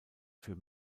für